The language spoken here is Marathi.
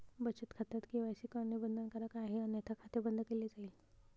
बचत खात्यात के.वाय.सी करणे बंधनकारक आहे अन्यथा खाते बंद केले जाईल